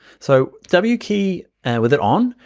so w key with it on,